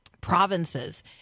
provinces